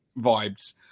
vibes